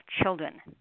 children